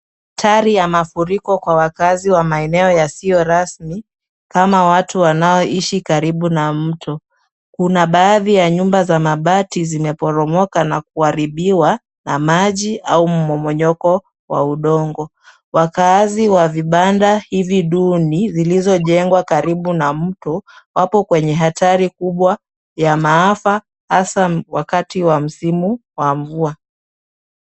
Hatari ya mafuriko kwa wakaazi wa maeneo yasiyo rasmi , kama watu wanaoishi karibu na mto . Kuna baadhi ya nyumba za mabati zimeporomoka na kuharibiwa na maji au mmomonyoko wa udongo . Wakaazi wa vibanda hivi duni zilivyojengwa karibu na mto wapo kwenye hatari kubwa ya maafa hasa wakati wa msimu wa mvua .